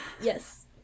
Yes